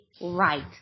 right